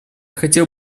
хотел